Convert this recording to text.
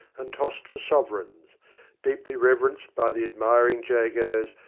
and tossed for sovereigns deeply reverenced by the ad miring jagos,